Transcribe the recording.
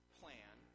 plan